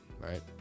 right